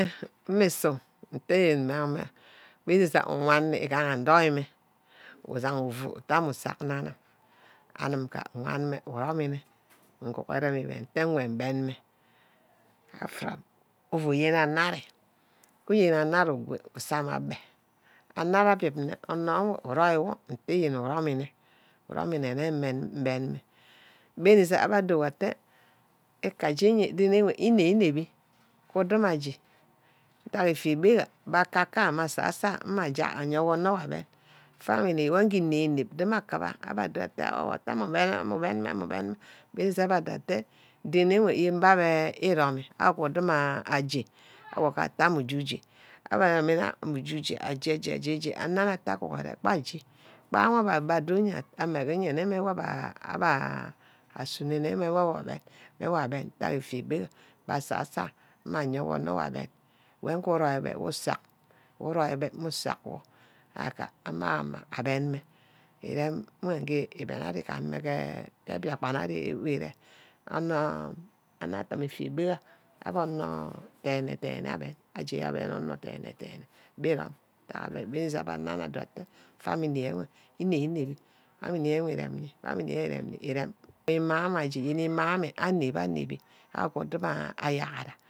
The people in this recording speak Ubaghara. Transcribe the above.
Mmisu nte mma mme. mejîsack uwanne îgaha îdohime. uzaha ufu ute amu chake nne anim. anim ufu van wan mme îromine. nguro mme iben nte gwan gben menh after ufu yen anor aria. uyen anari 'go' usar mme abbe. anor ani abinne ónor wor írominé anim nte enh uomîne. íromine nne mben meh abba dowoh atte aka je ren wor înep-îneppi uwun nna aj́e ke abìgire asasor ayo mme akaka yor mme ayewor ornor wor aben family goh woh iji nep-înep may akiba abbe adowor atte awor atte ami uben. abba atte ren wor beh abbe îromê aworduma aj́e. awor atte mmi j́uj́e abbe atte ujije ujije anem atte ghuhure gba wor abbe adoriye mme gba abbe wor asunor mme wor awor agben ntack etibu ure, asasoha mme aye wor onor wor aben mme uriomi beh usack. mme urîomibe umu sack wor agba. amama aben 'mme. îrem wor aben ari-gameh ke biakpan. anor anor adib efíbe abbe onor onor denne aben. aben on̍or dene-dene abbe wor adotte family wor înep-înep family wor îren nì-family wor îren nni. mme awor j́íhare îma wor aĵ̂gaheire kube ayàhara